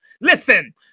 Listen